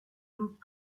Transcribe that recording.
look